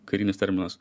karinis terminas